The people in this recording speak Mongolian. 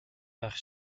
байх